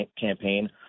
campaign